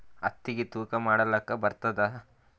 ಹತ್ತಿಗಿ ತೂಕಾ ಮಾಡಲಾಕ ಬರತ್ತಾದಾ?